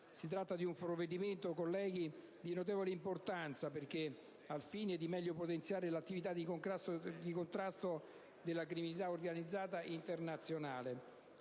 Si tratta di un provvedimento, colleghi, di notevole rilevanza anche al fine di meglio potenziare l'attività di contrasto alla criminalità organizzata internazionale.